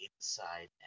inside